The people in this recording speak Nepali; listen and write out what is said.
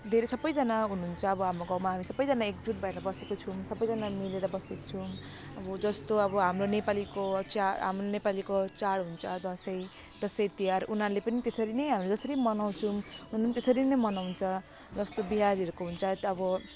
धेरै सबैजना हुनु हुन्छ अब हाम्रो गाउँमा सबैजना एकजुट भएर बसेको छौँ सबैजना मिलेर बसेको छौँ अब जस्तो अब हाम्रो नेपालीको चाड हाम्रो नेपालीको चाड हुन्छ दसैँ दसैँ तिहार उनीहरूले पनि त्यसरी नै हाम्रो जसरी मनाउछौँ उनीहरूले त्यसरी नै मनाउछ जस्तो बिहारीहरूको हुन्छ अब